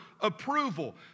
approval